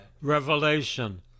Revelation